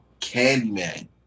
Candyman